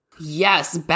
Yes